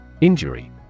Injury